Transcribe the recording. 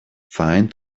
find